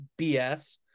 BS